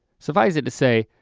suffice it to say,